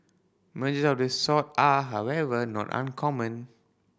merger of this sort are however not uncommon